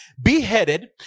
beheaded